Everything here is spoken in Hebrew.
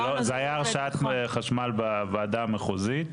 זה לא זה היה הרשאת חשמל בוועדה המחוזית,